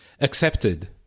accepted